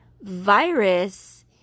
virus